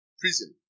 prison